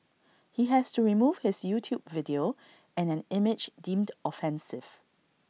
he has to remove his YouTube video and an image deemed offensive